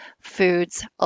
foods